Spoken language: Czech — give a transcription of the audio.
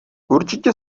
určitě